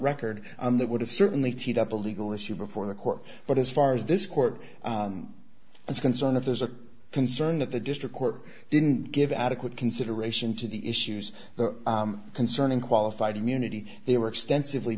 record that would have certainly teed up a legal issue before the court but as far as this court is concerned if there's a concern that the district court didn't give adequate consideration to the issues concerning qualified immunity they were extensively